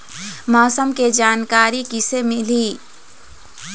मौसम के जानकारी किसे मिलही?